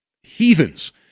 heathens